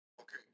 Okay